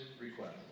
request